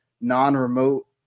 non-remote